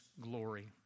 glory